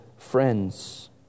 Friends